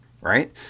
right